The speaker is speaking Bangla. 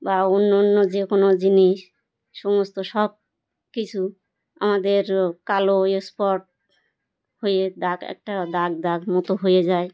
বা অন্য অন্য যে কোনো জিনিস সমস্ত সব কিছু আমাদের কালো স্পট হয়ে দাগ একটা দাগ দাগ মতো হয়ে যায়